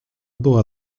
była